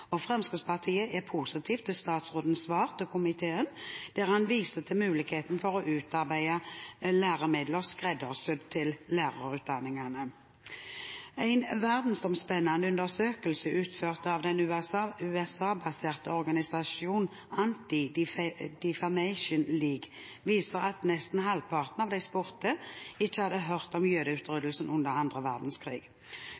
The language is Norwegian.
øvrig. Fremskrittspartiet er positiv til statsrådens svar til komiteen, der han viser til muligheten for å utarbeide læremidler skreddersydd for lærerutdanningen. En verdensomspennende undersøkelse utført av den USA-baserte organisasjonen Anti-Defamation League viser at nesten halvparten av de spurte ikke hadde hørt om jødeutryddelsen under annen verdenskrig.